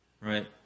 Right